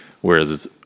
whereas